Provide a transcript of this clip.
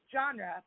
genre